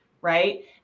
Right